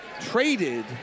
traded